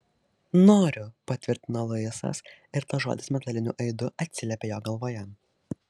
noriu patvirtino luisas ir tas žodis metaliniu aidu atsiliepė jo galvoje